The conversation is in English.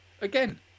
again